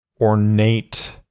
ornate